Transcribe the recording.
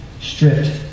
stripped